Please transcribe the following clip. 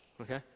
okay